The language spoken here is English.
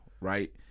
right